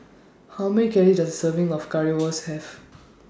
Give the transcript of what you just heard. How Many Calories Does A Serving of Currywurst Have